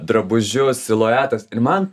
drabužius siluetas ir man